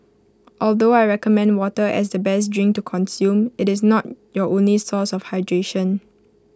although I recommend water as the best drink to consume IT is not your only source of hydration